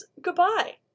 goodbye